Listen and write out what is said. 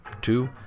two